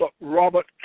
Robert